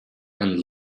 and